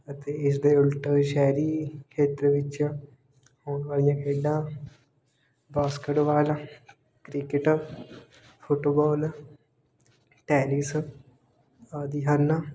ਅਤੇ ਇਸ ਦੇ ਉਲਟ ਸ਼ਹਿਰੀ ਖੇਤਰ ਵਿੱਚ ਹੋਣ ਵਾਲੀਆਂ ਖੇਡਾਂ ਬਾਸਕਟਬਾਲ ਕ੍ਰਿਕਟ ਫੁੱਟਬੋਲ ਟੈਨਿਸ ਆਦਿ ਹਨ